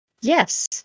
Yes